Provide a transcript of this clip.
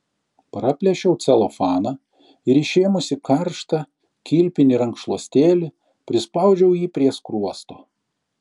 praplėšiau celofaną ir išėmusi karštą kilpinį rankšluostėlį prispaudžiau jį prie skruosto